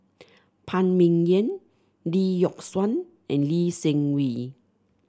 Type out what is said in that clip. Phan Ming Yen Lee Yock Suan and Lee Seng Wee